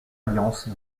alliances